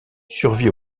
survit